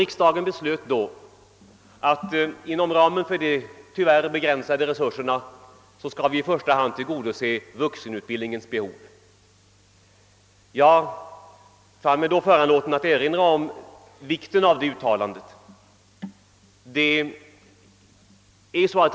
Riksdagen beslöt då att vi inom ramen för de tyvärr begränsade resurserna i första hand skall tillgodose vuxenutbildningens behov. Jag fann mig då föranlåten att erinra om vikten av det uttalandet.